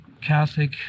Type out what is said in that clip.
Catholic